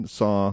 saw